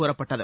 புறப்பட்டது